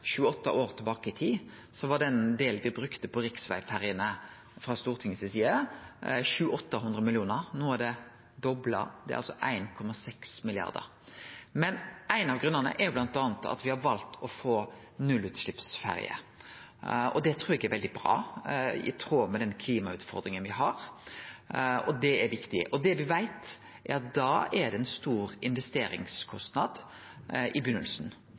år tilbake i tid, var den delen me brukte på riksvegferjene frå Stortinget si side 700–800 mill. kr. No er dette dobla, det er altså 1,6 mrd. kr. Ein av grunnane er bl.a. at me har valt å få nullutsleppsferjer. Det trur eg er veldig bra, det er i tråd med den klimautfordringa me har, og det er viktig. Det me veit, er at det da er ein stor investeringskostnad i